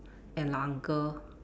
and 老 uncle